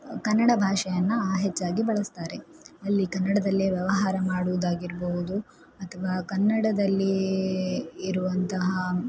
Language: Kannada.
ಕನ್ನಡ ಭಾಷೆಯನ್ನು ಹೆಚ್ಚಾಗಿ ಬಳಸ್ತಾರೆ ಅಲ್ಲಿ ಕನ್ನಡದಲ್ಲೇ ವ್ಯವಹಾರ ಮಾಡುವುದಾಗಿರಬಹುದು ಅಥವಾ ಕನ್ನಡದಲ್ಲಿಯೇ ಇರುವಂತಹ